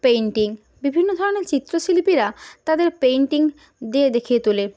painting বিভিন্ন ধরনের চিত্রশিল্পীরা তাদের পেইন্টিং দিয়ে দেখিয়ে তোলে